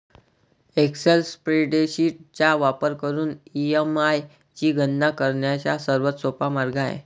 Excel spreadsheet चा वापर करून ई.एम.आय ची गणना करण्याचा सर्वात सोपा मार्ग आहे